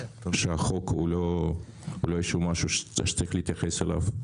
שהחוק הוא לא משהו שצריך להתייחס אליו,